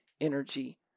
energy